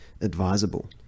advisable